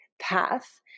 path